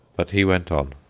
but he went on.